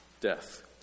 death